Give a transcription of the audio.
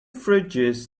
fridges